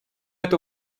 эту